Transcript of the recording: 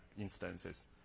instances